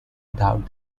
without